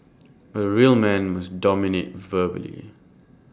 A real man must dominate verbally